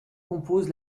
compose